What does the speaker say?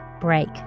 break